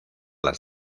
las